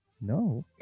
No